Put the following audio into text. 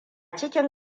cikin